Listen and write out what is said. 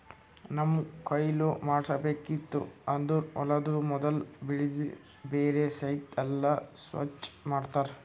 ನಮ್ಮಗ್ ಕೊಯ್ಲಿ ಮಾಡ್ಸಬೇಕಿತ್ತು ಅಂದುರ್ ಹೊಲದು ಮೊದುಲ್ ಬೆಳಿದು ಬೇರ ಸಹಿತ್ ಎಲ್ಲಾ ಸ್ವಚ್ ಮಾಡ್ತರ್